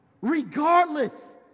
regardless